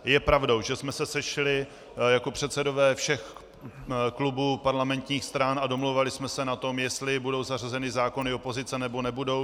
Je pravdou, že jsme se sešli jako předsedové všech klubů parlamentních stran a domlouvali jsme se na tom, jestli budou zařazeny zákony opozice, nebo nebudou.